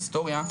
היסטוריה,